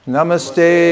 Namaste